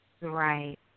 Right